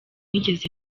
nigeze